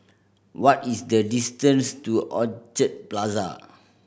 what is the distance to Orchid Plaza